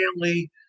family